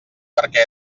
perquè